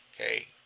Okay